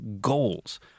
goals